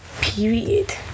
period